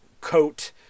coat